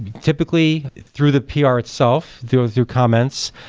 typically through the pr itself, through through comments.